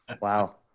Wow